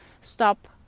stop